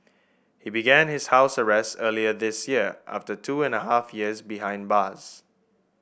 he began his house arrest earlier this year after two and a half years behind bars